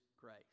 grace